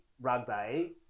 rugby